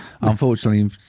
Unfortunately